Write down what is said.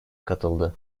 katıldı